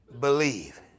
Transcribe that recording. believe